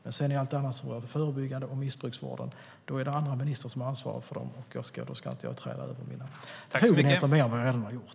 När det gäller det förebyggande arbetet och missbruksvården har andra ministrar ansvaret, och jag ska därför inte överträda mina befogenheter mer än vad jag kanske redan har gjort.